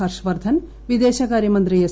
ഹർഷ വർധൻ വിദേശകാര്യമന്ത്രി എസ്